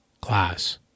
Class